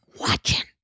watching